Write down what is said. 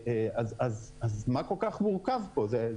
אז מה כל כך מורכב פה?